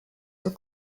were